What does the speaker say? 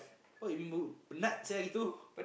what you mean penat sia gitu